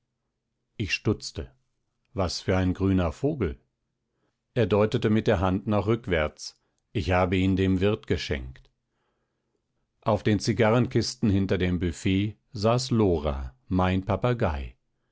ich stutzte was für ein grüner vogel er deutet mit der hand nach rückwärts ich habe ihn dem wirt geschenkt auf den zigarrenkisten hinter dem büffet saß lora mein papagei